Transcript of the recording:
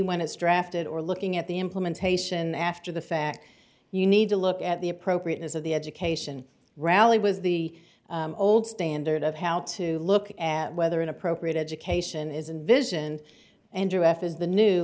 when it's drafted or looking at the implementation after the fact you need to look at the appropriateness of the education rally was the old standard of how to look at whether an appropriate education is a vision and do f is the new